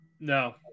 No